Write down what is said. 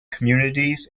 communities